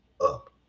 up